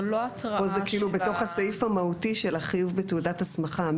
ופה זה בתוך הסעיף המהותי של החיוב בתעודת הסמכה.